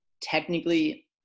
technically